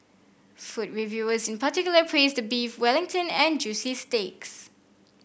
food reviewers in particular praised the Beef Wellington and juicy steaks